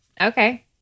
Okay